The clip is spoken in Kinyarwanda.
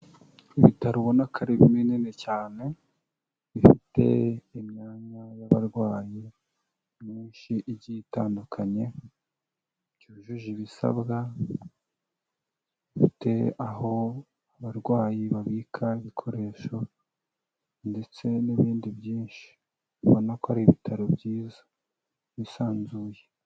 Ibitaro ubona ko ari binini cyane, bifite imyanya y'abarwayi myinshi igiye itandukanye, byujuje ibisabwa, bifite aho abarwayi babika ibikoresho ndetse n'ibindi byinshi, ubona ko ari ibitaro byiza byisanzuye.